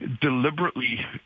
deliberately